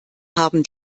haben